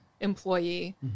employee